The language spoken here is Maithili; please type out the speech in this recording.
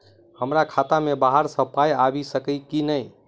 हमरा खाता मे बाहर सऽ पाई आबि सकइय की नहि?